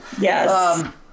Yes